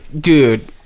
dude